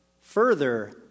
further